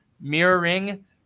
mirroring